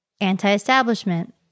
Anti-establishment